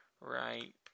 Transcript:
right